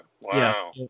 Wow